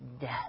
death